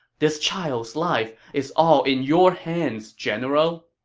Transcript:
this child's life is all in your hands, general.